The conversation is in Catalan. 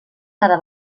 cada